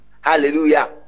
hallelujah